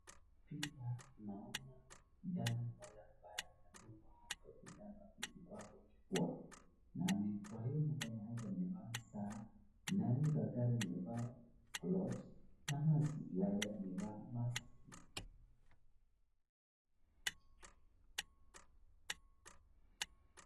Picha naona kijana mmoja ambaye anadungwa hapo kwa kifua. Kwa hiyo mkono yake amevaa saa, na huyo daktari amevaa gloves na maski, pia yeye amevaa maski.